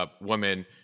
woman